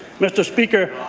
mr. speaker,